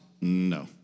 No